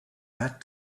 that